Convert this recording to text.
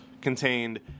contained